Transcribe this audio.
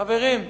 חברים,